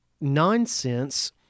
nonsense